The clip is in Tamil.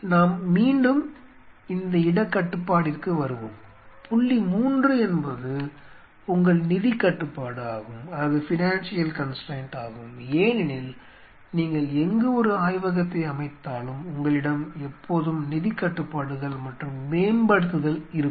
நாம் மீண்டும் இந்த இடக் கட்டுப்பாடிற்கு வருவோம் புள்ளி 3 என்பது உங்கள் நிதிக் கட்டுப்பாடு ஆகும் ஏனெனில் நீங்கள் எங்கு ஒரு ஆய்வகத்தை அமைத்தாலும் உங்களிடம் எப்போதும் நிதிக் கட்டுப்பாடுகள் மற்றும் மேம்படுத்தல் இருக்கும்